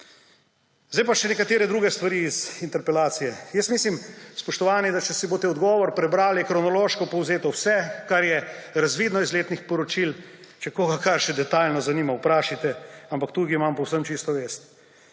Zdaj pa še nekatere druge stvari iz interpelacije. Mislim, spoštovani, da če si boste odgovor prebrali, je kronološko povzeto vse, kar je razvidno iz letnih poročil. Če koga kaj še detajlno zanima, vprašajte. Ampak tukaj imam povsem čisto vest.